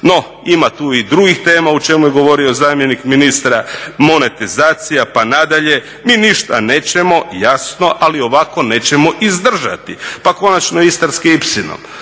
No, ima tu i drugih tema o čemu je govorio zamjenik ministra. Monetizacija pa nadalje. Mi ništa nećemo, jasno, ali ovako nećemo izdržati. Pa konačno Istarski ipsilon,